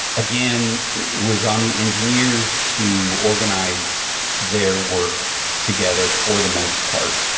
again it was on the engineers to organize their work together for the most part.